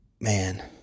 man